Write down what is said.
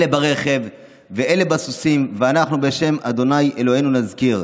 אלה ברכב ואלה בסוסים ואנחנו בשם ה' אלהינו נזכיר.